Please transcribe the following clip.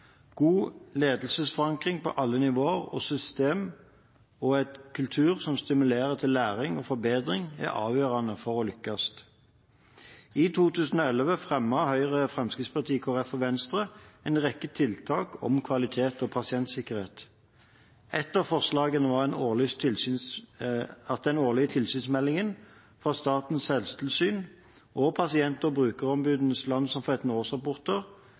God ledelsesforankring på alle nivå og et system og en kultur som stimulerer til læring og forbedring, er avgjørende for å lykkes. I 2011 fremmet Høyre, Fremskrittspartiet, Kristelig Folkeparti og Venstre en rekke tiltak om kvalitet og pasientsikkerhet. Ett av forslagene var at den årlige tilsynsmeldingen fra Statens helsetilsyn og pasient- og brukerombudenes landsomfattende årsrapporter